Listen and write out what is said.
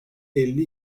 elli